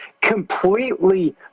Completely